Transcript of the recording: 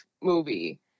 movie